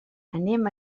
anem